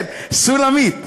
כן, או סולמית.